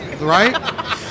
right